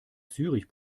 zürich